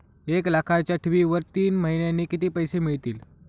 एक लाखाच्या ठेवीवर तीन महिन्यांनी किती पैसे मिळतील?